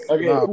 Okay